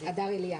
הדר אליהו.